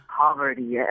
poverty